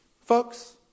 Folks